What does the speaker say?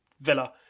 Villa